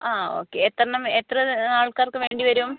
ആ ഓക്കെ എത്രണ്ണം എത്ര ആൾക്കാർക്ക് വേണ്ടി വരും